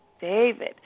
David